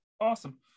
Awesome